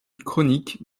chronique